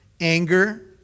anger